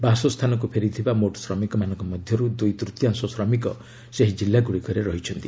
ବାସସ୍ଥାନକୁ ଫେରିଥିବା ମୋଟ୍ ଶ୍ରମିକମାନଙ୍କ ମଧ୍ୟରୁ ଦୁଇତୃତୀୟାଂଶ ଶ୍ରମିକ ସେହି ଜିଲ୍ଲାଗୁଡ଼ିକରେ ରହିଛନ୍ତି